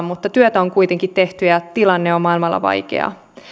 mutta työtä on kuitenkin tehty ja tilanne on maailmalla vaikea